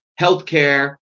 healthcare